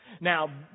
Now